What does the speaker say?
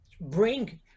bring